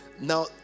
Now